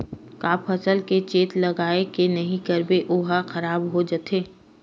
का फसल के चेत लगय के नहीं करबे ओहा खराब हो जाथे?